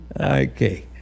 Okay